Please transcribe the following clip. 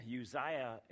Uzziah